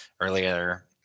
earlier